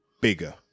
bigger